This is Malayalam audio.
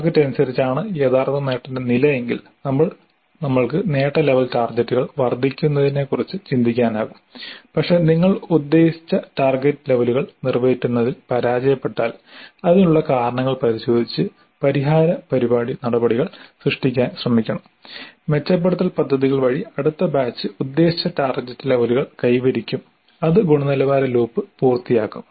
ടാർഗെറ്റ് അനുസരിച്ചാണ് യഥാർത്ഥ നേട്ടത്തിന്റെ നില എങ്കിൽ നമ്മൾക്ക് നേട്ട ലെവൽ ടാർഗെറ്റുകൾ വർദ്ധിപ്പിക്കുന്നതിനെക്കുറിച്ച് ചിന്തിക്കാനാകും പക്ഷേ നിങ്ങൾ ഉദ്ദേശിച്ച ടാർഗെറ്റ് ലെവലുകൾ നിറവേറ്റുന്നതിൽ പരാജയപ്പെട്ടാൽ അതിനുള്ള കാരണങ്ങൾ പരിശോധിച്ച് പരിഹാര നടപടികൾ സൃഷ്ടിക്കാൻ ശ്രമിക്കണം മെച്ചപ്പെടുത്തൽ പദ്ധതികൾ വഴി അടുത്ത ബാച്ച് ഉദ്ദേശിച്ച ടാർഗെറ്റ് ലെവലുകൾ കൈവരിക്കും അത് ഗുണനിലവാര ലൂപ്പ് പൂർത്തിയാക്കും